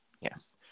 Yes